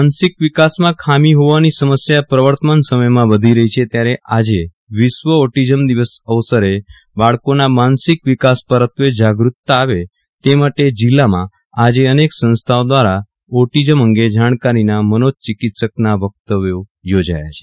માનસિક વિકાસમાં ખામી હોવાની સમસ્યા પ્રવર્તમાન સમયમાં વધી રહી છે ત્યારે આજે વિશ્વ ઓટીઝમ દિવસ અવસરે બાળકોના માનસિક વિકાસ પરત્વે જાગૃતતા આવે તે માટે જીલ્લામાં આજે અનેક સંસ્થાઓ દ્વારા ઓટીઝમ અંગે જાણકારીના મનોચિકિત્સકના વક્તવ્યો યોજ્યા છે